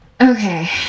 Okay